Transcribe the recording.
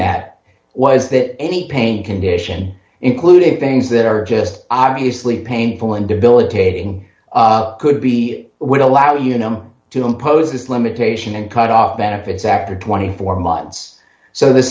that was that any pain condition included things that are just obviously painful and debilitating could be would allow you numb to impose this limitation and cut off benefits after twenty four months so the